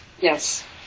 Yes